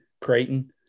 Creighton